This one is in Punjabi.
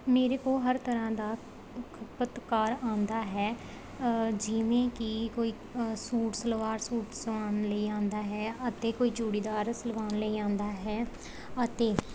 ਮੇਰੇ ਕੋਲ ਹਰ ਤਰ੍ਹਾਂ ਦਾ ਖਪਤਕਾਰ ਆਉਂਦਾ ਹੈ ਜਿਵੇਂ ਕਿ ਕੋਈ ਸੂਟ ਸਲਵਾਰ ਸੂਟ ਸਵਾਉਣ ਲਈ ਆਉਂਦਾ ਹੈ ਅਤੇ ਕੋਈ ਚੂੜੀਦਾਰ ਸਿਲਵਾਉਣ ਲਈ ਆਉਂਦਾ ਹੈ ਅਤੇ